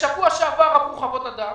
ביום ראשון שעבר עברו חוות הדעת.